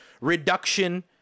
reduction